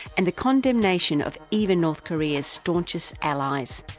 and the condemnation of even north korea's staunchest allies,